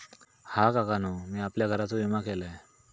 हा, काकानु मी आपल्या घराचो विमा केलंय